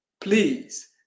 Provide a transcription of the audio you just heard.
please